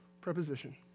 preposition